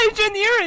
engineering